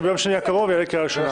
שביום שני הקרוב זה יעלה לקריאה ראשונה.